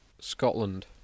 Scotland